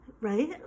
right